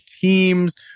teams